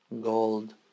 gold